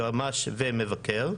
יועמ"ש ומבקר,